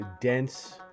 dense